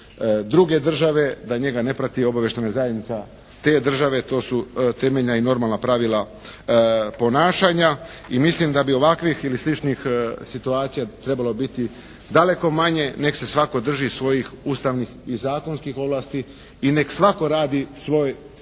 druge države, da njega ne prati Obavještajna zajednica te države. To su temeljna i normalna pravila ponašanja. I mislim da bi ovakvih ili sličnih situacija trebalo biti daleko manje. Nek' se svatko drži svojih ustavnih i zakonskih ovlasti i nek' svatko radi svoj